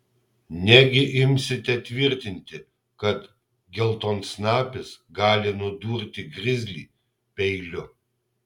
negi imsite tvirtinti kad geltonsnapis gali nudurti grizlį peiliu